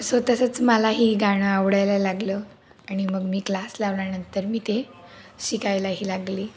so तसंच मला ही गाणं आवडायला लागलं आणि मग मी क्लास लावल्यानंतर मी ते शिकायलाही लागले